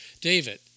David